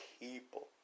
people